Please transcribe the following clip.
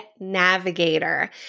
navigator